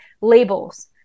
labels